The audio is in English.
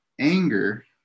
anger